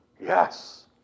Yes